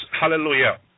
hallelujah